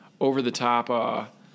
over-the-top